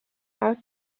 out